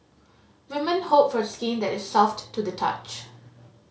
women hope for skin that is soft to the touch